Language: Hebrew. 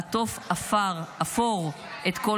// שב הסתיו עם כובד ענניה / לעטוף אפור את כל